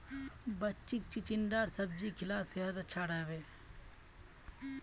बच्चीक चिचिण्डार सब्जी खिला सेहद अच्छा रह बे